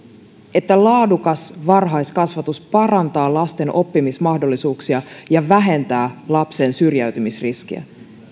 että laadukas varhaiskasvatus parantaa lasten oppimismahdollisuuksia ja vähentää lapsen syrjäytymisriskiä tämä